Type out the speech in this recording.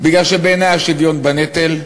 מפני שבעיני השוויון בנטל,